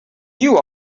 you